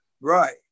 right